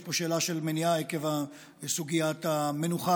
יש פה שאלה של מניעה עקב סוגיית המנוחה